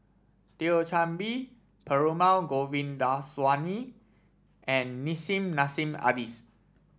Thio Chan Bee Perumal Govindaswamy and Nissim Nassim Adis